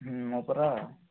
ହୁଁ ପରା